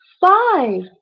five